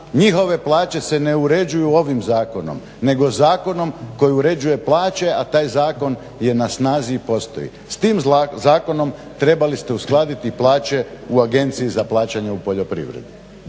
njihove plaće se ne uređuju ovim zakonom nego zakonom koji uređuje plaće a taj zakon je snazi i postoji. S tim zakonom trebali ste uskladiti plaće u Agenciji za plaćanja u poljoprivredi.